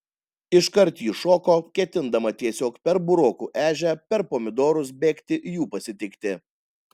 iškart ji šoko ketindama tiesiog per burokų ežią per pomidorus bėgti jų pasitikti